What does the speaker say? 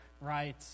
right